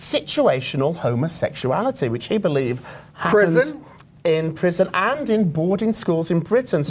situational homosexuality which he believed in prison and in boarding schools in britain